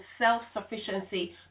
self-sufficiency